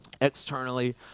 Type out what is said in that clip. externally